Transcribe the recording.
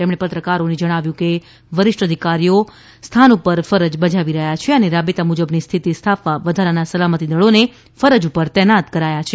તેમણે પત્રકારોને કહ્યું કે વરિષ્ટ અધિકારીઓ સ્થન પર ફરજ બજાવી રહ્યા છે અને રાબેતા મુજબની સ્થિતિ સ્થાપવા વધારાના સલામતીદળોને ફરજ પર તૈનાત કરાયા છે